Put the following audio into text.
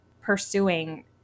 pursuing